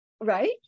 Right